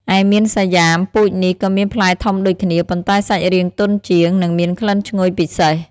ឯមៀនសាយ៉ាម ពូជនេះក៏មានផ្លែធំដូចគ្នា ប៉ុន្តែសាច់រាងទន់ជាង និងមានក្លិនឈ្ងុយពិសេស។